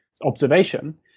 observation